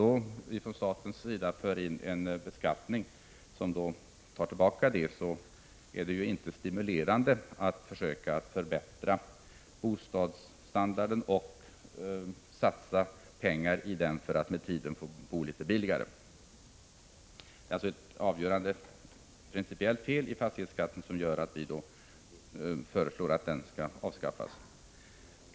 Men om staten inför en beskattning som tar tillbaka det som vinns, blir det ju inte stimulerande att försöka förbättra bostadsstandarden genom att satsa pengar i hopp om att med tiden få bo litet billigare. Det är alltså ett avgörande principiellt fel i fastighetsskatten, vilket gör att vi föreslår att den skall avskaffas.